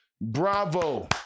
Bravo